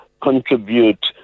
contribute